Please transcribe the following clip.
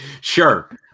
sure